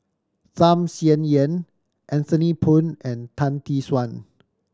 Tham Sien Yen Anthony Poon and Tan Tee Suan